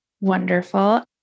wonderful